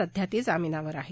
सध्या ती जामिनावर आहे